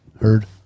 heard